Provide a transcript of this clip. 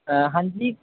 ਹਾਂਜੀ